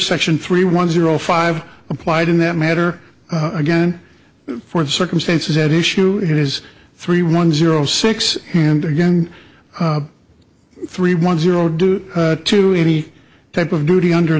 section three one zero five implied in that matter again for the circumstances at issue it is three one zero six and again three one zero due to any type of duty under